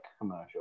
commercial